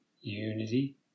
unity